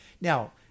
Now